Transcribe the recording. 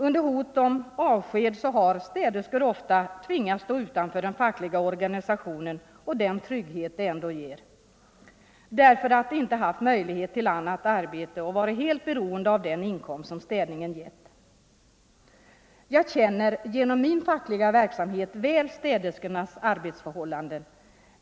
Under hot om avsked har städerskor ofta tvingats att stå utanför den fackliga organisationen och den trygghet en facklig organisering ändå ger, därför att de inte haft möjlighet till annat arbete och varit helt beroende av den inkomst städningen givit. Jag känner genom min fackliga verksamhet väl städerskornas arbetsförhållanden.